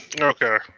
Okay